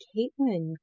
Caitlin